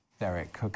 Derek